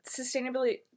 sustainability